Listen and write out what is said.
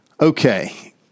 Okay